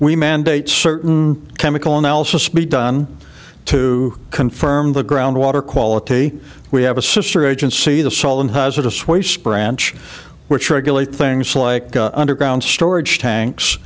we mandate certain chemical analysis be done to confirm the ground water quality we have a sister agency the salt and hazardous waste branch which regulate things like underground storage tanks